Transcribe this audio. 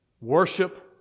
worship